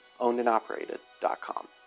ownedandoperated.com